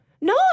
No